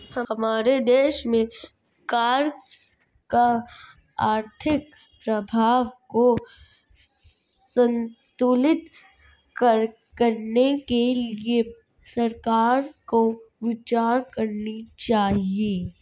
हमारे देश में कर का आर्थिक प्रभाव को संतुलित करने के लिए सरकार को विचार करनी चाहिए